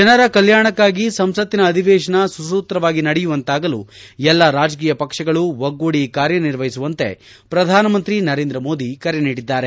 ಜನರ ಕಲ್ಲಾಣಕ್ನಾಗಿ ಸಂಸತ್ತಿನ ಅಧಿವೇಶನ ಸುಸೂತ್ರವಾಗಿ ನಡೆಯುವಂತಾಗಲು ಎಲ್ಲ ರಾಜಕೀಯ ಪಕ್ಷಗಳು ಒಗ್ಗೂಡಿ ಕಾರ್ಯನಿರ್ವಹಿಸುವಂತೆ ಪ್ರಧಾನಮಂತ್ರಿ ನರೇಂದ್ರ ಮೋದಿ ಕರೆ ನೀಡಿದ್ದಾರೆ